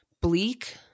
bleak